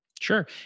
Sure